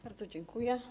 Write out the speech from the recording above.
Bardzo dziękuję.